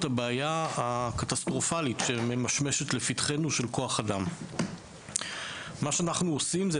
הבעיה הקטסטרופלית של כוח אדם שממשמשת לפתחנו.